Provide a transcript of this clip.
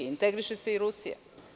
Integriše se i Rusija.